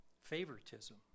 favoritism